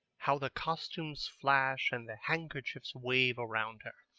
how the costumes flash and the handkerchiefs wave around her!